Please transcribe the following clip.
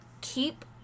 keep